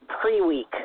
pre-week